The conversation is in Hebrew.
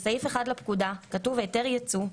בסעיף 1 לפקודה כתוב: "היתר יצוא,